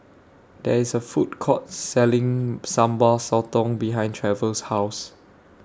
There IS A Food Court Selling Sambal Sotong behind Trevor's House